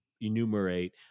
enumerate